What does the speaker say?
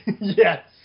Yes